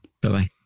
Bye-bye